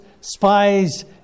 spies